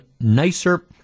nicer